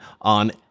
on